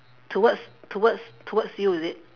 towards towards towards you is it